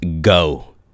go